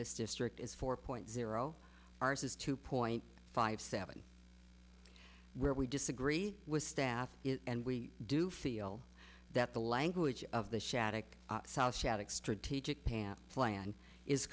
this district is four point zero ours is two point five seven where we disagree with staff and we do feel that the language of the shaddock shattuck strategic pan plan is